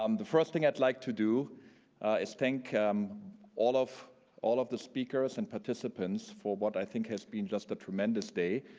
um the first thing i'd like to do is thank um all of all of the speakers and participants for what i think has been just a tremendous day,